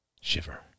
shiver